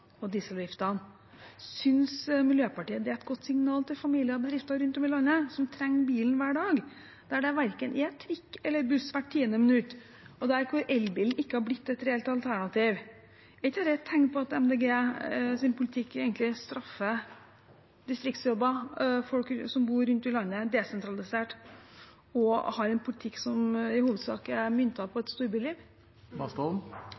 i landet, som trenger bilen hver dag, der det er verken trikk eller buss hvert tiende minutt, og der elbilen ikke har blitt et reelt alternativ? Har man tenkt på at Miljøpartiet De Grønnes politikk egentlig straffer disktriksjobber og folk som bor rundt i landet – desentralisert – og at man har en politikk som i hovedsak er myntet på